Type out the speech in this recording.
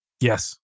Yes